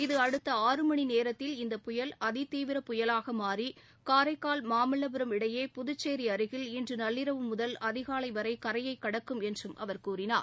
இது அடுக்க ஆறு மணிநேர்த்தில் இந்த புயல் அதிதீவிர புயலாகமாறி காரைக்கால் மாமல்லபுரம் இடையே புதுச்சேிஅருகில் இன்றுநள்ளிரவு முதல் அதிகாலைவரைகரையைக் கடக்கும் என்றும் அவர் கூறினார்